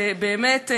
באמת,